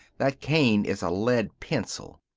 that cane is a lead pencil.